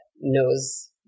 knows